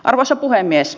arvoisa puhemies